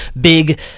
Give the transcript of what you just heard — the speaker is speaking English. big